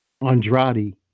Andrade